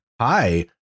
Hi